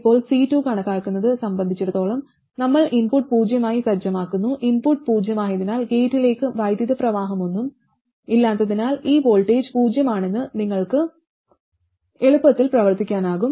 ഇപ്പോൾ C2 കണക്കാക്കുന്നത് സംബന്ധിച്ചിടത്തോളം നമ്മൾ ഇൻപുട്ട് പൂജ്യമായി സജ്ജമാക്കുന്നു ഇൻപുട്ട് പൂജ്യമായതിനാൽ ഗേറ്റിലേക്ക് വൈദ്യുത പ്രവാഹമൊന്നും ഇല്ലാത്തതിനാൽ ഈ വോൾട്ടേജ് പൂജ്യമാണെന്ന് നിങ്ങൾക്ക് എളുപ്പത്തിൽ പ്രവർത്തിക്കാനാകും